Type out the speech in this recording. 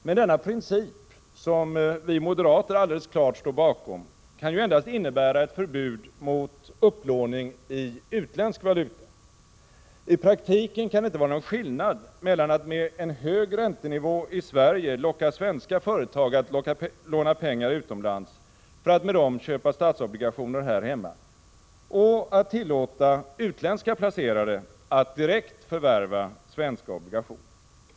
Men denna princip, som vi moderater alldeles klart står bakom, kan ju endast innebära ett förbud mot upplåning i utländsk valuta. I praktiken kan det inte vara någon skillnad mellan att med en hög räntenivå i Sverige locka svenska företag att låna pengar utomlands för att med dem köpa statsobligationer här hemma och att tillåta utländska placerare att direkt förvärva svenska obligationer.